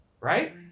right